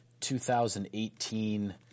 2018